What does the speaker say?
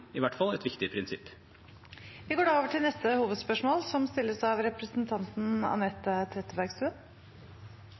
et viktig prinsipp. Vi går da til neste hovedspørsmål.